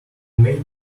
made